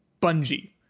Bungie